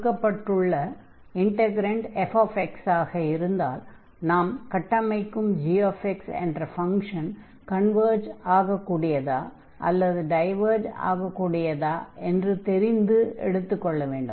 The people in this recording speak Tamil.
கொடுக்கப்பட்டுள்ள இன்டக்ரன்ட் fx ஆக இருந்தால் நாம் கட்டமைக்கும் gx என்ற ஃபங்ஷன் கன்வர்ஜ் ஆகக் கூடியதா அல்லது டைவர்ஜ் ஆகக் கூடியதா என்று தெரிந்து எடுத்துக் கொள்ள வேண்டும்